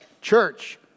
church